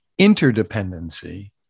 interdependency